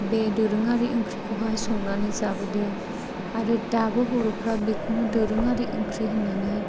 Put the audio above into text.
बे दोरोङारि ओंख्रिखौहाय संनानै जाबोदों आरो दाबो बर'फोरा बेखौनो दोरोङारि ओंख्रि होननानै